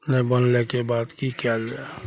नहि बनलाके बाद की कयल जाइ